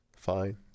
fine